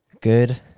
Good